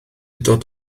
dod